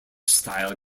style